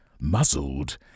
muzzled